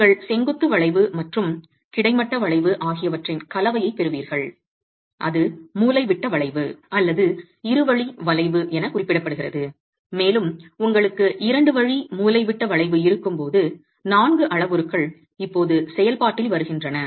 நீங்கள் செங்குத்து வளைவு மற்றும் கிடைமட்ட வளைவு ஆகியவற்றின் கலவையைப் பெறுவீர்கள் அது மூலைவிட்ட வளைவு அல்லது இரு வழி வளைவு என குறிப்பிடப்படுகிறது மேலும் உங்களுக்கு இரண்டு வழி மூலைவிட்ட வளைவு இருக்கும்போது 4 அளவுருக்கள் இப்போது செயல்பாட்டில் வருகின்றன